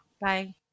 Bye